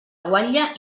guatlla